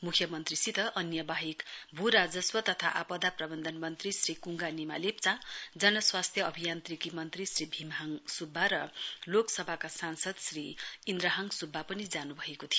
मुख्यमन्त्रीसित अन्य बाहेक भू राजस्व तथा आपदा प्रबन्धन मन्त्री श्री कुङ्गा निमा लेप्चा जन स्वास्थ्य अभियान्त्रिकी मन्त्री श्री भीमहाङ सुब्बा र लोकसभाका सांसद श्री इन्द्रहाङ सुब्बा पनि जानु भएको थियो